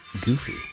Goofy